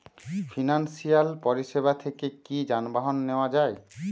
Financial পরিসেবা থেকে কি যানবাহন নেওয়া যায়?